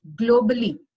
globally